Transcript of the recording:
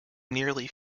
nearly